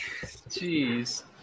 Jeez